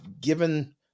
given